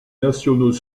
nationaux